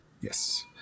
Yes